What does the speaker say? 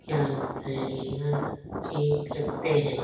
क्या बताएँ और अच्छे लगते हैं